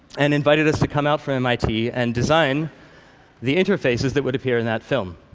and invited us to come out from mit and design the interfaces that would appear in that film.